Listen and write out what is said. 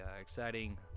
exciting